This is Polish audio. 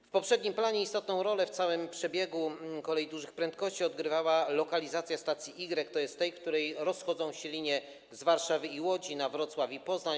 W poprzednim planie istotną rolę w całym przebiegu kolei dużych prędkości odgrywała lokalizacja stacji Y, czyli tej, z której rozchodzą się linie z Warszawy i Łodzi na Wrocław i Poznań.